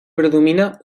predomina